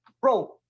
Bro